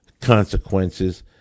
consequences